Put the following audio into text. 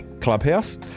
clubhouse